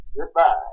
Goodbye